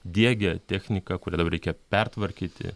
diegė techniką kurią dabar reikia pertvarkyti